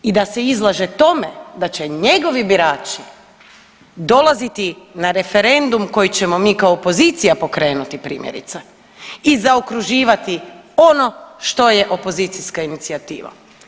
I da se izlaže tome da će njegovi birači dolaziti na referendum koji ćemo mi kao opozicija pokrenuti primjerice i zaokruživati ono što je opozicijska inicijativa.